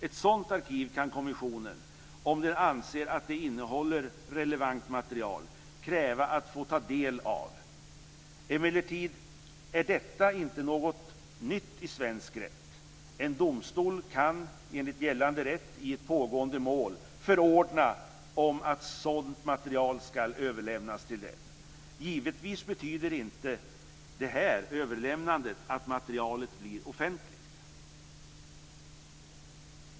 Ett sådant arkiv kan kommissionen, om den anser att det innehåller relevant material, kräva att få ta del av. Emellertid är detta inte något nytt i svensk rätt. En domstol kan enligt gällande rätt i ett pågående mål förordna att sådant material ska överlämnas till den. Givetvis betyder inte överlämnandet att materialet blir offentligt.